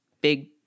big